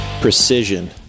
Precision